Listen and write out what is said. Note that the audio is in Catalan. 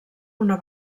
una